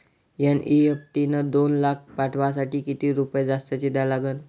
NEFT न दोन लाख पाठवासाठी किती रुपये जास्तचे द्या लागन?